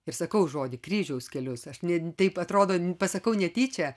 ir sakau žodį kryžiaus kelius aš ne taip atrodo pasakau netyčia